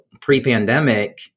pre-pandemic